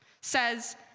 says